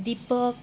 Deepak